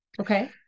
Okay